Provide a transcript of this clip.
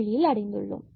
புள்ளியில் அடைந்துள்ளோம்